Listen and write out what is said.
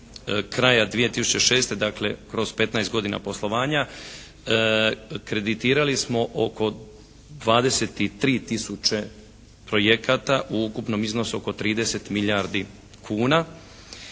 kraja 2006., dakle kroz 15 godina poslovanja kreditirali smo oko 23 tisuće projekata u ukupnom iznosu oko 30 milijardi kuna,